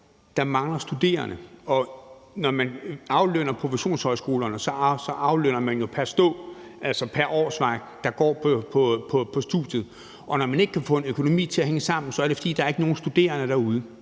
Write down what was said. der mangler studerende. Når man aflønner professionshøjskolerne, aflønner man jo pr. studerende, altså pr. årsværk, der går på studiet, og når man ikke kan få økonomien til at hænge sammen, er det, fordi der ikke er nogen studerende derude.